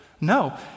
No